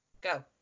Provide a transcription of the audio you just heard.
Go